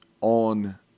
on